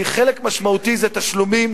חלק משמעותי זה תשלומים,